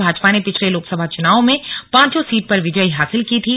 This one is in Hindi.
भाजपा ने पिछले लोकसभा चुनावों में पांचों सीट पर विजयी हासिल की थी